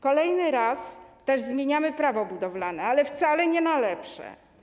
Kolejny raz zmieniamy też Prawo budowlane, ale wcale nie na lepsze.